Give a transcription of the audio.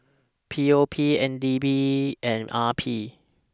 P O P N D B and R P